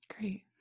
Great